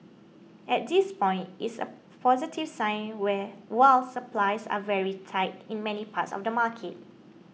at this point it's a positive sign while supplies are very tight in many parts of the market